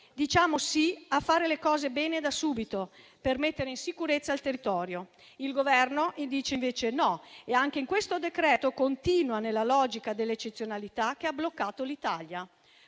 diciamo sì a fare le cose bene da subito per mettere in sicurezza il territorio. Il Governo dice invece no e anche in questo decreto-legge continua nella logica dell'eccezionalità che ha bloccato l'Italia;